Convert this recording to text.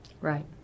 Right